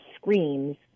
screams